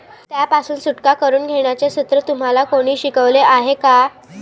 त्यापासून सुटका करून घेण्याचे सूत्र तुम्हाला कोणी शिकवले आहे का?